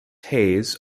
hayes